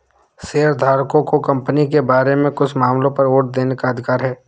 शेयरधारकों को कंपनी के बारे में कुछ मामलों पर वोट देने का अधिकार है